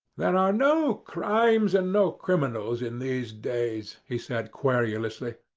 there are no crimes and no criminals in these days, he said, querulously.